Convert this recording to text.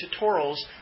tutorials